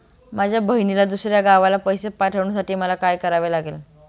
माझ्या बहिणीला दुसऱ्या गावाला पैसे पाठवण्यासाठी मला काय करावे लागेल?